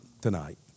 tonight